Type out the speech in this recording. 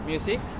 Music